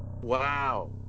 Wow